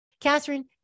Catherine